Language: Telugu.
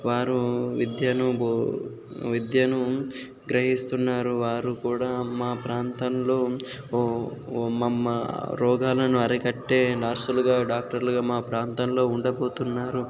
వారు విద్యను బో విద్యను గ్రహిస్తున్నారు వారు కూడా మా ప్రాంతంలో ఓ మమ్మ రోగాలను అరికట్టే నర్సులుగా డాక్టర్లుగా మా ప్రాంతంలో ఉండబోతున్నారు